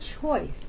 choice